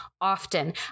often